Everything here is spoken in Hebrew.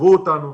שחררו אותנו,